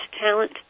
talent